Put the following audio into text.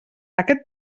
aquest